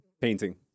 painting